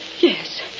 Yes